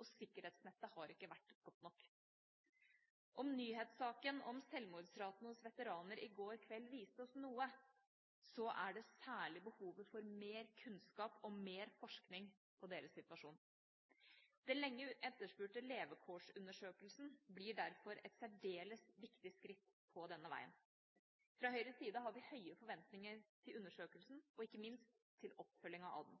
og sikkerhetsnettet har ikke vært godt nok. Om nyhetssaken om selvmordsratene hos veteraner i går kveld viste oss noe, er det særlig behovet for mer kunnskap og mer forskning på deres situasjon. Den lenge etterspurte levekårsundersøkelsen blir derfor et særdeles viktig skritt på denne veien. Fra Høyres side har vi høye forventninger til undersøkelsen og ikke minst til oppfølginga av